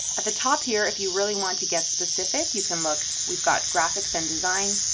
at the top here, if you really want to get specific you can look we've got graphics and design,